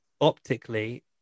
optically